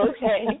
Okay